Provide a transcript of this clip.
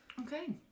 Okay